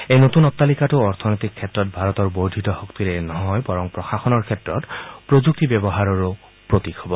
এই নতুন অট্টালিকাটো অৰ্থনৈতিক ক্ষেত্ৰত ভাৰতৰ বৰ্ধিত শক্তিৰেই নহয় বৰং প্ৰশাসনৰ ক্ষেত্ৰত প্ৰযুক্তিৰ ব্যৱহাৰৰো প্ৰতীক হব